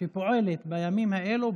שפועלת בימים האלו,